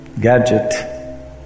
gadget